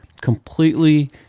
completely